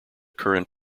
current